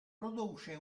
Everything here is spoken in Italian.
produce